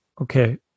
okay